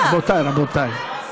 תראו, רבותיי, רבותיי,